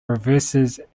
reverses